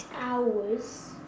hours